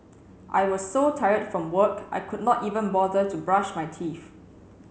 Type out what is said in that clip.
I was so tired from work I could not even bother to brush my teeth